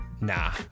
nah